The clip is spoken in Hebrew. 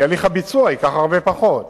כי הליך הביצוע ייקח הרבה פחות.